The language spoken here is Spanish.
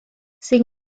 sin